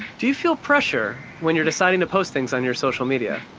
do you feel pressure when you're deciding to post things on your social media?